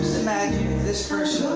imagine if this person